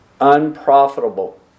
unprofitable